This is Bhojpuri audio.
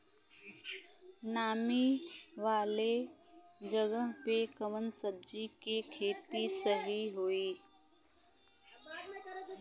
नामी वाले जगह पे कवन सब्जी के खेती सही होई?